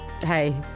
hey